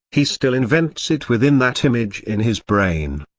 he still invents it within that image in his brain.